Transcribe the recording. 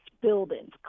buildings